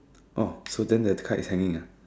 oh so then the kite is hanging ah